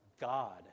God